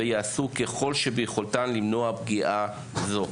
ויעשו ככל שביכולתן למנוע פגיעה זו.